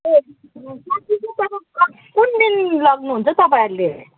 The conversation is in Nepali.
कुन दिन लग्नुहुन्छ तपाईँहरूले